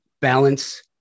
balance